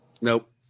Nope